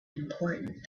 important